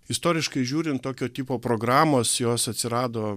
istoriškai žiūrint tokio tipo programos jos atsirado